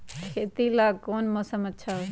खेती ला कौन मौसम अच्छा होई?